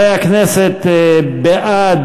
חברי הכנסת, בעד